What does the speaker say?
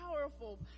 powerful